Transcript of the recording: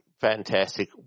fantastic